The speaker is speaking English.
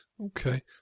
Okay